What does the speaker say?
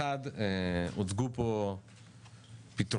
1. הוצגו פה פתרונות